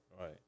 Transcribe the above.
right